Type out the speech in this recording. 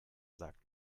sagt